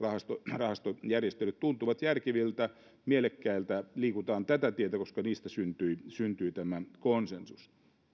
rahastojärjestelyt tuntuvat järkeviltä mielekkäiltä liikutaan tätä tietä koska niistä syntyi syntyi tämä konsensus